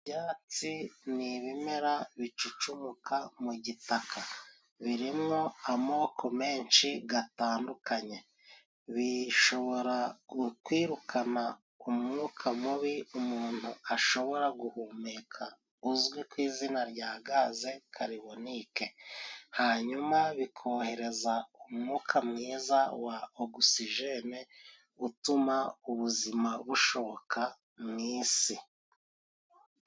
Ibyatsi ni ibimera bicucumuka mu gitaka birimo amoko menshi gatandukanye, bishobora kwirukana umwuka mubi umuntu ashobora guhumeka uzwi ku izina rya gazekaribonike, hanyuma bikohereza umwuka mwiza wa ogisijene utuma ubuzima bushoboka mu isi.